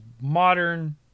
modern